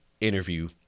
interview